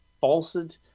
falsehood